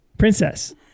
princess